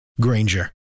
Granger